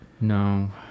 No